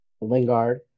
Lingard